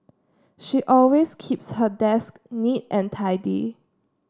she always keeps her desk neat and tidy